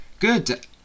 Good